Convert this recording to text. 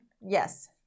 Yes